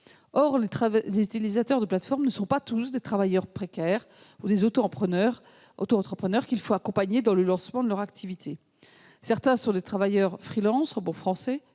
Or les utilisateurs des plateformes ne sont pas tous des travailleurs précaires ou des auto-entrepreneurs qu'il faudrait accompagner dans le lancement de leur activité. Certains sont des travailleurs en «»- pour le dire en bon français